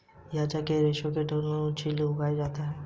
गांजा के रेशे को डंठलों से छीलकर अलग किया जाता है